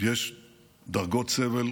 יש דרגות סבל